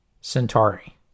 Centauri